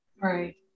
Right